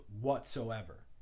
whatsoever